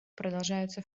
продолжаются